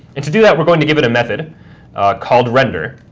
and to do that, we're going to give it a method called render,